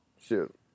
Shoot